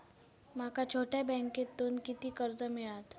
माका छोट्या बँकेतून किती कर्ज मिळात?